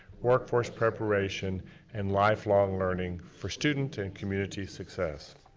workforce preparation and lifelong learning for student and community success.